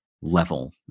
level